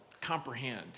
comprehend